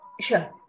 Sure